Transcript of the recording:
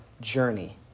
journey